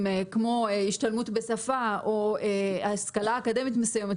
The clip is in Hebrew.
כמו השתלמות בשפה או השכלה אקדמית מסוימת,